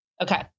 Okay